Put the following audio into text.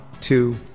two